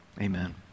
Amen